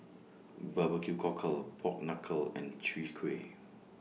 Barbecue Cockle Pork Knuckle and Chwee Kueh